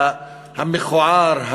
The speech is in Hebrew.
המכוער,